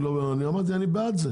אני אמרתי אני בעד זה.